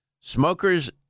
Smokers